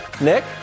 Nick